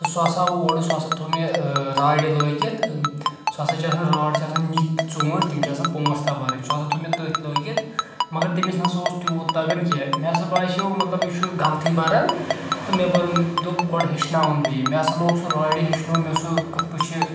تہٕ سُہ ہَسا آو اورٕ سُہ ہَسا تھوو مےٚ راڑِ لٲگِتھ سُہ ہَسا چھُ آسان راڑ چھِ آسان نِکۍ ژوٗنٹھۍ تِم چھِ آسان پانٛژھ تَہہ بَرٕنۍ سُہ ہسا تھوٚو مےٚ تتھ لٲگِتھ مگر تٔمس نسا اوس تیوٗت تَگان کینہہ مےٚ ہَسا باسیو مطلب یہِ چھُ غلطٕے بَران تہٕ مےٚ دوٚپ گۄڈٕ ہیٚچھناوَن بہٕ یہِ مےٚ ہَسا لوگ سُہ راڑِ ہیٚچھنو مےٚ سُہ کِتھ پٲٹھۍ چھِ